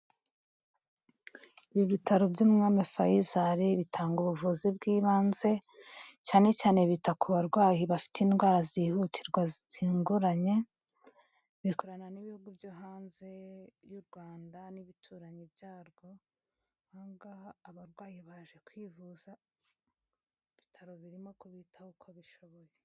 ibi bitaro by'umwami Faisal bitanga ubuvuzi bw'ibanze, cyane cyane bita ku barwayi bafite indwara zihutirwa zitunguranye, bikorana n'ibihugu byo hanze y'u Rwanda n'ibituranyi byarwo aha ngaha abarwayi baje kwivuza ibitaro birimo kubitaho uko bishoboye.